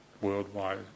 Worldwide